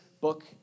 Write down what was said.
book